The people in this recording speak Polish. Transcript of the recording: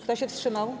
Kto się wstrzymał?